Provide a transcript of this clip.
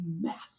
Massive